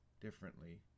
differently